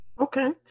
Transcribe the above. okay